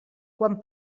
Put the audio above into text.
quan